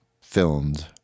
Filmed